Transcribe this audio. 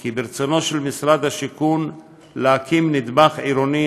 כי ברצונו של משרד השיכון להקים נדבך עירוני,